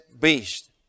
beast